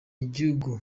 igihugu